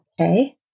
okay